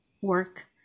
work